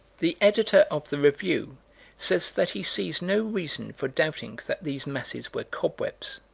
the editor of the review says that he sees no reason for doubting that these masses were cobwebs.